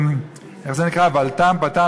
איך זה נקרא, "ולתם", "בלתם"?